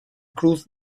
cruz